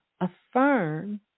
affirm